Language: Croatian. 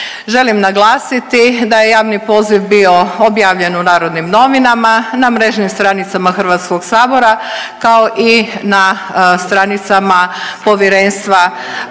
Želim naglasiti da je javni poziv bio objavljen u Narodnim Novinama, na mrežnim stranicama HS, kao i na stranicama Povjerenstva o